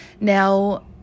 Now